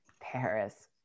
Paris